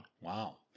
Wow